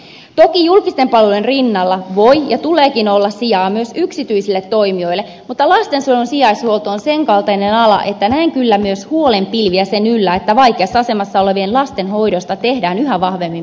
toki julkisten palvelujen rinnalla voi ja tuleekin olla sijaa myös yksityisille toimijoille mutta lastensuojelun sijaishuolto on sen kaltainen ala että näen kyllä myös huolen pilviä sen yllä että vaikeassa asemassa olevien lasten hoidosta tehdään yhä vahvemmin bisnestä